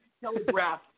Telegraph